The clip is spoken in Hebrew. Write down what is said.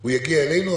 הוא יגיע אלינו,